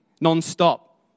non-stop